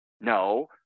No